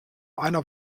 einer